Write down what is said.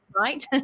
right